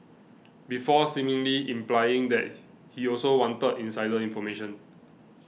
before seemingly implying that he also wanted insider information